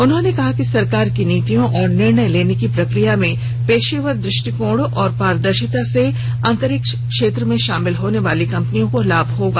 उन्होंने कहा कि सरकार की नीतियों और निर्णय लेने की प्रक्रिया में पेशेवर दृष्टिकोण और पारदर्शिता से अंतरिक्ष क्षेत्र में शामिल होने वाली कंपनियों को लाभ होगा